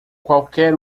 qualquer